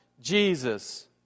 Jesus